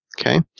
Okay